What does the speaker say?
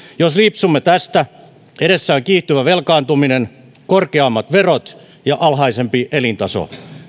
jos lipsumme tästä edessä on kiihtyvä velkaantuminen korkeammat verot ja alhaisempi elintaso